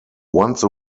once